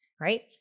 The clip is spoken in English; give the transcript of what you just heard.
right